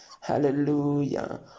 hallelujah